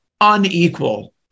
unequal